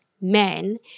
men